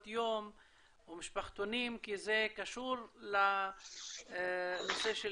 יום ומשפחתונים כי זה קשור לנושא של